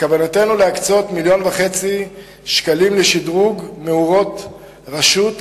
בכוונתנו להקצות 1.5 מיליון שקלים לשדרוג מאורות רשות,